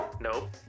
Nope